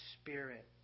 spirit